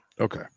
Okay